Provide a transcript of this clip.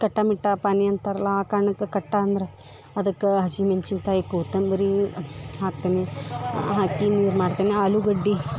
ಕಟ್ಟ ಮಿಟ್ಟ ಪಾನಿ ಅಂತರಲ್ಲಾ ಆ ಕಾರ್ಣಕ್ಕೆ ಕಟ್ಟ ಅಂದ್ರ ಅದಕ್ಕೆ ಹಸಿಮಣ್ಸಿನ ಕಾಯಿ ಕೋತಂಬರಿ ಹಾಕ್ತೀನಿ ಹಾಕಿ ನೀರು ಮಾಡ್ತೀನಿ ಆಲುಗಡ್ಡಿ